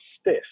stiff